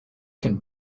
can